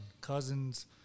cousins